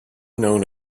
known